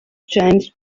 james